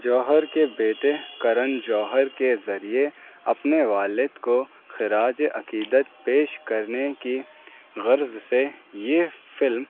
جوہر کے بیٹے کرن جوہر کے ذریعے اپنے والد کو خراج عقیدت پیش کرنے کی غرض سے یہ فلم